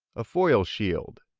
a foil shield,